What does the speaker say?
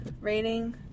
rating